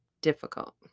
difficult